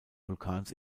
vulkans